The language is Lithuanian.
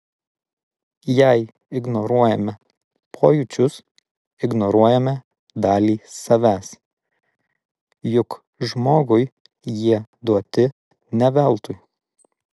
jei ignoruojame pojūčius ignoruojame dalį savęs juk žmogui jie duoti ne veltui